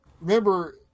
remember